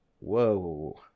whoa